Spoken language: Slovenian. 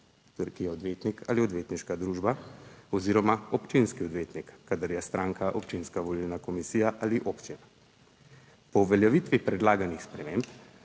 ki je odvetnik ali odvetniška družba oziroma občinski odvetnik kadar je stranka občinska volilna komisija ali občina. Po uveljavitvi predlaganih sprememb